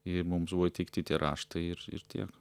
ir mums buvo įteikti tie raštai ir ir tiek